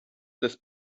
des